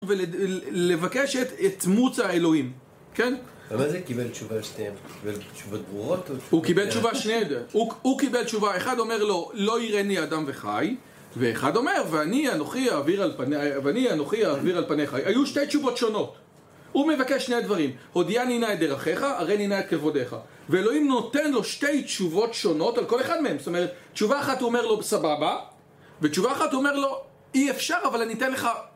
ולבקש את תמות האלוהים, כן? אבל מה זה קיבל תשובה שנייה? הוא קיבל תשובות ברורות או... הוא קיבל תשובה שנייה הוא קיבל תשובה, אחד אומר לו לא ייראני האדם וחי ואחד אומר ואני אנוכי אעביר על פניך, היו שתי תשובות שונות הוא מבקש שני דברים הודיעני נא את דרכיך, הראני נא את כבודיך ואלוהים נותן לו שתי תשובות שונות על כל אחד מהם, זאת אומרת תשובה אחת הוא אומר לו בסבבה ותשובה אחת הוא אומר לו אי אפשר אבל אני אתן לך